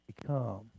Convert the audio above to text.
become